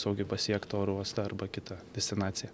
saugiai pasiekt oro uostą arba kitą destinaciją